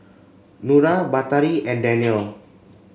Nura Batari and Danial